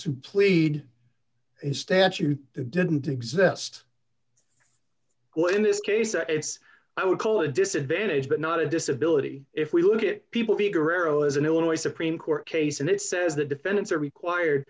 to plead statute that didn't exist well in this case it's i would call a disadvantage but not a disability if we look at people b guerrero is an illinois supreme court case and it says that defendants are required